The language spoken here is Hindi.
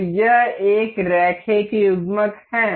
तो यह एक रैखिक युग्मक है